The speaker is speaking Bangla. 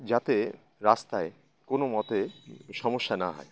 যাতে রাস্তায় কোনো মতে সমস্যা না হয়